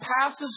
passes